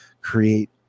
create